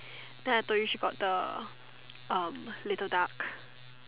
then I told you she got the um little duck